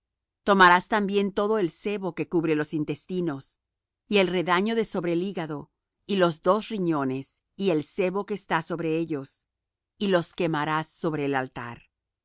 tomarás también todo el sebo que cubre los intestinos y el redaño de sobre el hígado y los dos riñones y el sebo que está sobre ellos y los quemarás sobre el altar